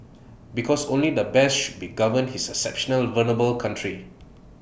because only the best should be govern his exceptionally vulnerable country